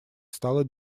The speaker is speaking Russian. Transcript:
стала